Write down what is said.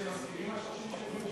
אתם,